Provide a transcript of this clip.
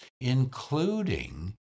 including